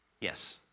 Yes